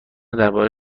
درباره